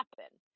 happen